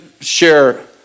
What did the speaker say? share